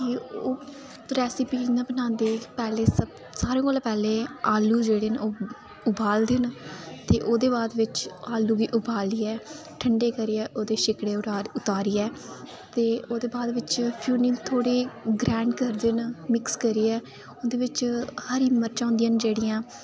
कि ओह् रैसिप इ'यां बनान्ने पैहलें सारें कोला पैहलें आलू जेह्ड़े न ओह् उबालदे न ते ओह्दे बाद बिच आलू गी उबालियै ठंडे करियै ओह्दे सिक्कड़े तुआरियै ते ओह्दे बाद बिच फ्ही उ'नेंगी थोड़े ग्रैंड करदे न मिक्स करियै उन्दे बेच्च हरी मर्चां होंदियां न जेह्ड़ियां